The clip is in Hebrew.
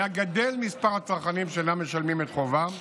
היה גדל מספר הצרכנים שאינם משלמים את חובם במועד,